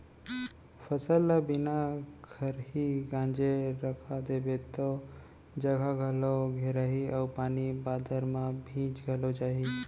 फसल ल बिना खरही गांजे रखा देबे तौ जघा घलौ घेराही अउ पानी बादर म भींज घलौ जाही